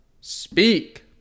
speak